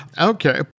Okay